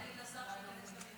אבל אולי להגיד לשר שייכנס למליאה.